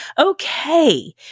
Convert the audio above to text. Okay